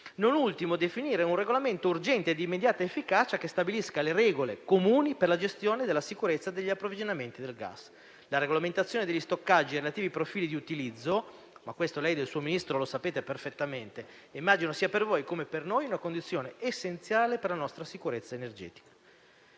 Non ultimo, occorre definire un regolamento urgente e di immediata efficacia che stabilisca le regole comuni per la gestione della sicurezza degli approvvigionamenti del gas. La regolamentazione degli stoccaggi e i relativi profili di utilizzo - e questo lei e il suo Ministro lo sapete perfettamente - immagino sia, per voi come per noi, la condizione essenziale per la nostra sicurezza energetica.